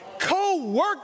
Co-work